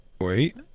Wait